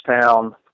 town